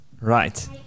Right